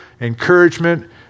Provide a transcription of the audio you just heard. encouragement